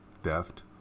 theft